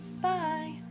Bye